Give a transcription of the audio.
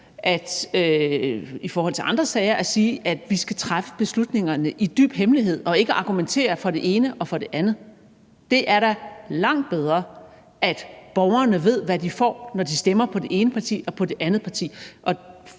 i forhold til andre sager at sige, at vi skal træffe beslutningerne i dyb hemmelighed og ikke argumentere for det ene og for det andet. Det er da langt bedre, at borgerne ved, hvad de får, når de stemmer på det ene parti eller på det andet parti.